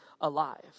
alive